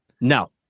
No